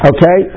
Okay